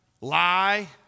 lie